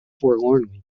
forlornly